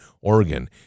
Oregon